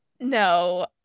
No